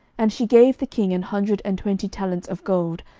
and she gave the king an hundred and twenty talents of gold,